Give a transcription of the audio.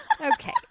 Okay